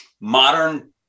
modern